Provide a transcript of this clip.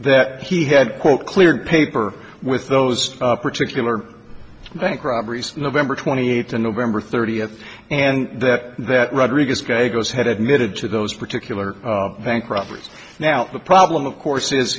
that he had quote clear paper with those particular bank robberies nov twenty eighth to november thirtieth and that that rodriguez guy goes had admitted to those particular bank robberies now the problem of course